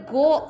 go